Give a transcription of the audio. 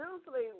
usually